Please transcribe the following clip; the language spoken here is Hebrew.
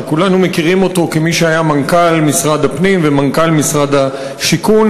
שכולנו מכירים אותו כמי שהיה מנכ"ל משרד הפנים ומנכ"ל משרד השיכון